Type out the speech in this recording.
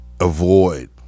avoid